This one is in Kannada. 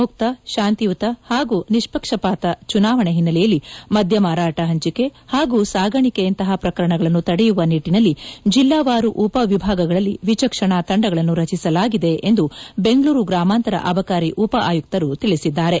ಮುಕ್ತ ಶಾಂತಿಯುತ ಹಾಗೂ ನಿಷ್ಪಕ್ಷಪಾತ ಚುನಾವಣೆ ಹಿನ್ನೆಲೆಯಲ್ಲಿ ಮದ್ಯ ಮಾರಾಟ ಹಂಚಿಕೆ ಹಾಗೂ ಸಾಗಾಣಿಕೆಯಂತಹ ಪ್ರಕರಣಗಳನ್ನು ತಡೆಯುವ ನಿಟ್ಟಿನಲ್ಲಿ ಜಿಲ್ಲಾವಾರು ಉಪ ವಿಭಾಗಗಳಲ್ಲಿ ವಿಚಕ್ಷಣಾ ತಂಡಗಳನ್ನು ರಚಿಸಲಾಗಿದೆ ಎಂದು ಬೆಂಗಳೂರು ಗ್ರಾಮಾಂತರ ಅಬಕಾರಿ ಉಪ ಆಯುಕ್ತರು ತಿಳಿಸಿದ್ದಾರೆ